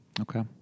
Okay